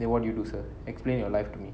then what do you do sir explain your life to me